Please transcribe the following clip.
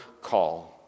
call